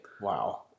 Wow